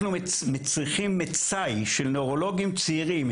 אנחנו צריכים מצאי של נוירולוגים צעירים,